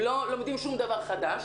הם לא לומדים שום דבר חדש,